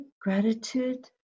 gratitude